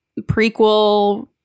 prequel